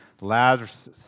Lazarus